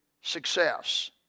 success